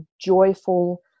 joyful